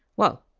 well,